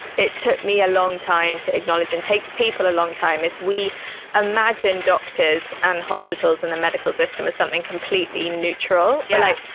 it took me a long time to acknowledge and takes people a long time is we imagine doctors and hospitals and the medical system as something completely neutral yeah or like,